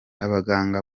abaganga